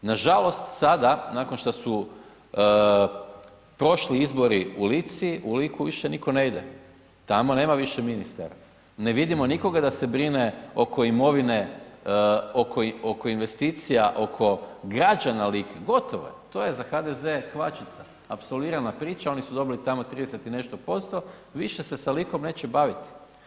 Nažalost sada nakon šta su prošli izbori u Lici, u Liku više nitko ne ide, tamo nema više ministara, ne vidimo nikoga da se brine oko imovine, oko investicija, oko građana Like, gotovo je, to je za HDZ kvačica, apsolvirana priča, oni su dobili tamo 30 i nešto %, više se sa Likom neće baviti.